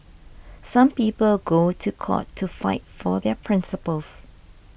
some people go to court to fight for their principles